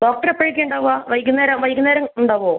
doctor എപ്പോഴൊക്കെയാണ് ഉണ്ടാവുക വൈകുന്നേരം വൈകുന്നേരം ഉണ്ടാകുമോ